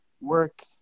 work